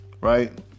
Right